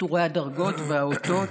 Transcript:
עטורי הדרגות והאותות,